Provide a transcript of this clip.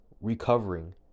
recovering